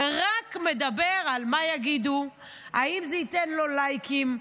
רק מדבר על מה יגידו, האם זה ייתן לו לייקים.